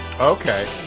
Okay